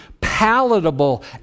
palatable